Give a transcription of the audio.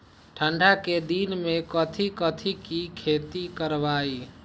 ठंडा के दिन में कथी कथी की खेती करवाई?